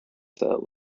officer